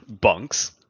bunks